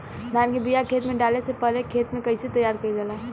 धान के बिया खेत में डाले से पहले खेत के कइसे तैयार कइल जाला?